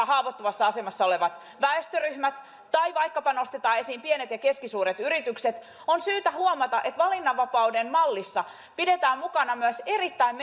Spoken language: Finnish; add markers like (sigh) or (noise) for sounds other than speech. (unintelligible) haavoittuvassa asemassa olevat väestöryhmät tai vaikkapa nostetaan esiin pienet ja keskisuuret yritykset niin on syytä huomata että valinnanvapauden mallissa pidetään mukana myös erittäin (unintelligible)